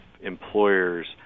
employers